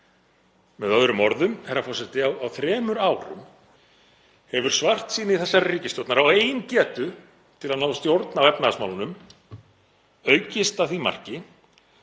Með öðrum orðum, herra forseti: Á þremur árum hefur svartsýni þessarar ríkisstjórnar á eigin getu til að ná stjórn á efnahagsmálunum aukist að því marki